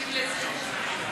להקשיב לזה.